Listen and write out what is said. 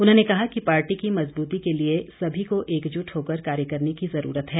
उन्होंने कहा कि पार्टी की मजबूती के लिए सभी को एकजुट होकर कार्य करने की जरूरत है